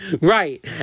Right